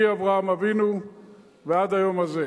מאברהם אבינו עד היום הזה.